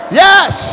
yes